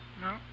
No